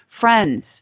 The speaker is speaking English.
Friends